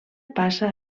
passa